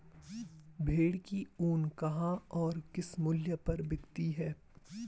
भेड़ की ऊन कहाँ और किस मूल्य पर बिकती है?